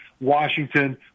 Washington